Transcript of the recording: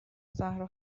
زهرا